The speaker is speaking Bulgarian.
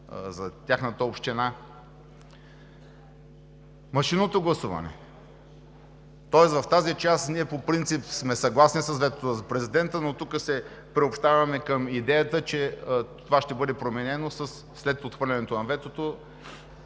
за тяхната община. Машинното гласуване. В тази част ние по принцип сме съгласни с ветото на президента, но тук се приобщаваме към идеята, че това ще бъде променено след отхвърлянето на ветото